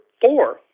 four